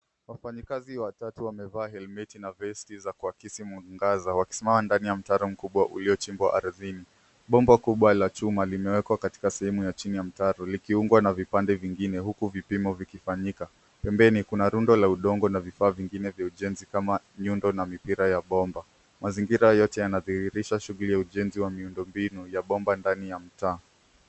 Wafanyikazi watatu wamevaa helmeti na vesti za kuakisi mwangaza, wakisimama ndani ya mtaro mkubwa uliochimbwa ardhini. Bomba kubwa la chuma limewekwa katika sehemu ya chini ya mtaro likiungwa na vipande vingine huku vipimo vikifanyika. Pembeni, kuna rundo la udongo na vifaa vingine vya ujenzi kama nyundo mipira ya bomba. Mazingira yote yanadhirisha shughuli ya ujenzi wa miundo mbinu ya bomba ndani ya mtaa.